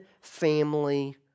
family